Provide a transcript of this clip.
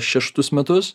šeštus metus